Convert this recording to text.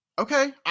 Okay